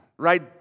Right